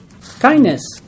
Kindness